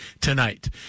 tonight